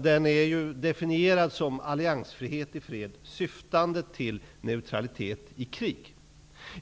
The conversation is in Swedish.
Den är ju definierad som alliansfrihet i fred syftande till neutralitet i krig.